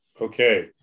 Okay